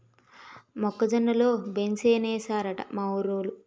మొక్క జొన్న లో బెంసేనేశారట మా ఊరోలు